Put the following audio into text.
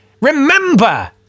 Remember